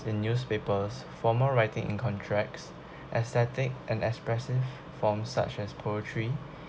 in newspapers former writing in contracts aesthetic and expressive form such as poetry